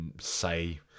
say